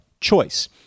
choice